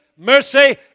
Mercy